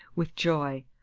with joy,